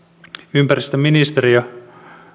ympäristöministeriö